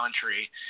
country